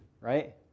right